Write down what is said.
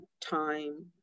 time